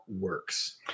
works